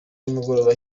nimugoroba